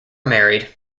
married